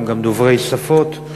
הם גם דוברי שפות.